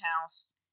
house